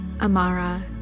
Amara